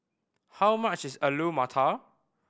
how much is Alu Matar